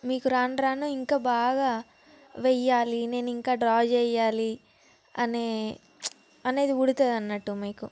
మీకు రాను రాను ఇంకా బాగా వేయాలి నేను ఇంకా డ్రా చేయాలి అనే అనేది పుడుతుంది అన్నట్టు మీకు